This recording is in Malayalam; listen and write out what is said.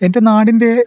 എൻ്റെ നാടിൻ്റെ